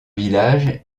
villages